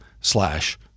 slash